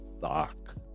fuck